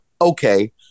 okay